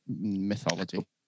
mythology